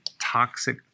toxic